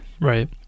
right